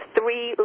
three